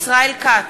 ישראל כץ,